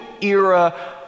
era